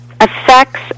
affects